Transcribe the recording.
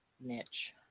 niche